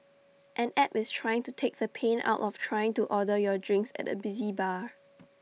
an app is trying to take the pain out of trying to order your drinks at A busy bar